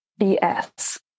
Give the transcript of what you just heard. BS